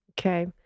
Okay